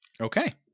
Okay